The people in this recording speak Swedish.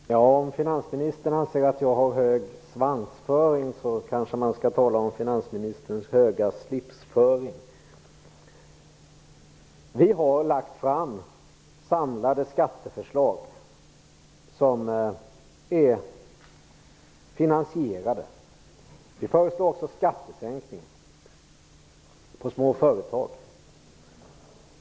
Fru talman! Om finansministern anser att jag har hög svansföring, så kanske man skall tala om finansministerns höga slipsföring. Vi har lagt fram samlade skatteförslag som är finansierade. Vi föreslår också skattesänkning för små företag.